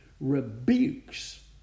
rebukes